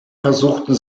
versuchten